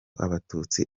abatutsi